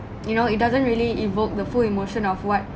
you know it doesn't really evoke the full emotion of what